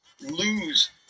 lose